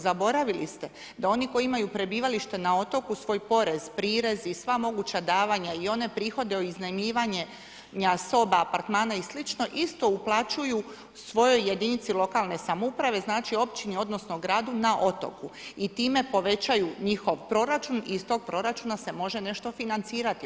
Zaboravili ste da oni koji imaju prebivalište na otoku svoj porez, prirez i sva moguća davanja i one prihode o iznajmljivanja soba, apartmana i slično, isto uplaćuju svojoj jedinici lokalne samouprave, znači općini, odnosno gradu na otoku i time povećaju njihov proračun i iz tog proračuna se može nešto financirati.